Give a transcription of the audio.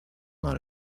nuevo